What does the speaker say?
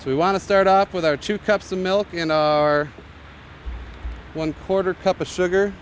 we want to start off with our two cups of milk in our one quarter cup of sugar